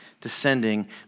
descending